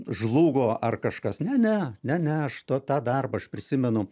žlugo ar kažkas ne ne ne ne aš to tą darbą aš prisimenu